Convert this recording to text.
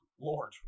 Lord